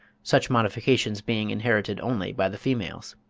such modifications being inherited only by the females.